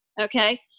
okay